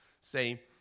say